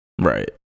Right